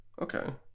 Okay